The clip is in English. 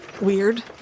weird